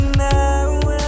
now